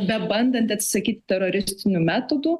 bebandanti atsisakyti teroristinių metodų